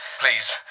Please